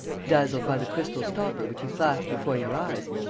dazzled by the crystal stopper which he flashed before your eyes,